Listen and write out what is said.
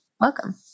Welcome